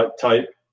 type